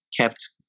kept